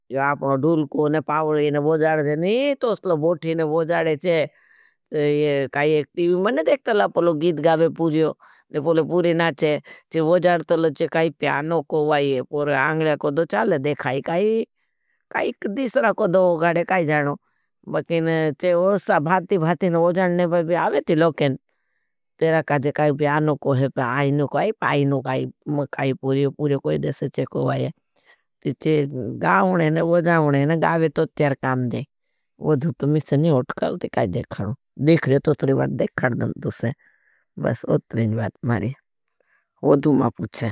अपना धुलकों और पावलों के लिए बोजार जाते हैं। नहीं तो असला बोठीं के लिए बोजार जाते हैं। काई एक टीवी में ने देखता ला परलों गीत गावे पूरियों। पूरियों के लिए बोजार जाते हैं, काई प्यानों को वाई हैं। पर आंग्रे को दो चाले देखाई काई दिशरा को दो गाड़े काई जानों। भाती भाती वो जानने पर आवे थी लोकें। तेरा काई जे काई प्यानों को है प्यानों को आई, प्यानों को आई, काई पूरियों कोई दिशरा चे को आई। तीछे गावने ने बोजावने ने, गावे तो तेर काम दे। वोधु तो मिशनी होटकल ते काई देखाणू। देख रहे तो तुरी बात देखाण दं तुसे, बस वो तुरी बात मारे, वो धुमा पूछे।